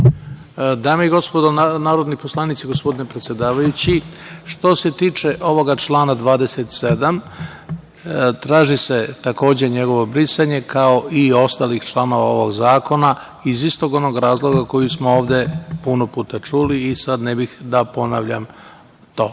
Dame i gospodo narodni poslanici, gospodine predsedavajući, što se tiče ovog člana 27. traži se takođe njegovo brisanje, kao i ostalih članova ovog zakona iz istog onog razloga koji smo ovde puno puta čuli i sad ne bih da ponavljam